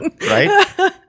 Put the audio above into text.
Right